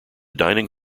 dining